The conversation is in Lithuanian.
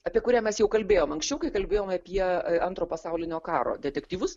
apie kurią mes jau kalbėjom anksčiau kai kalbėjom apie antro pasaulinio karo detektyvus